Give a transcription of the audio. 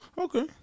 Okay